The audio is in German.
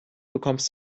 bekommst